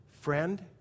friend